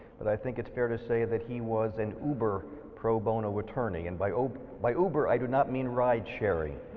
but i think it's fair to say that he was an uber pro bono attorney and by uber by uber i do not mean ride sharing.